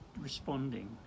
responding